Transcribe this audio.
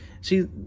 See